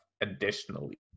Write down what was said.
additionally